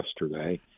yesterday